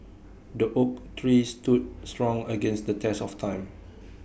the oak tree stood strong against the test of time